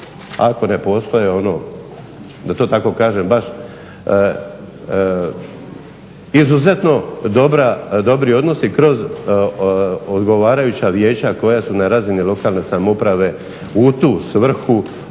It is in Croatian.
ako ne postoje ono da to tako kažem baš izuzetno dobri odnosi kroz odgovarajuća vijeća koja su na razini lokalne samouprave u tu svrhu